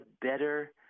better